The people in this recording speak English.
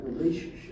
relationship